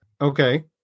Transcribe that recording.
Okay